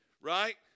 right